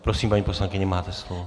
Prosím, paní poslankyně, máte slovo.